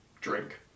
drink